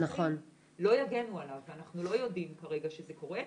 לא יגנו עליו ואנחנו לא יודעים כרגע שזה קורה.